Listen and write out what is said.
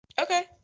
Okay